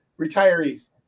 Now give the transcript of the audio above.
retirees